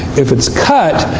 if it's cut,